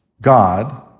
God